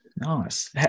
Nice